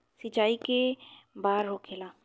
सिंचाई के बार होखेला?